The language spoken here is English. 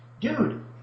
dude